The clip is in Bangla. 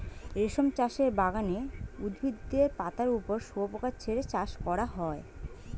রেশম চাষের বাগানে উদ্ভিদের পাতার ওপর শুয়োপোকা ছেড়ে চাষ করা হয়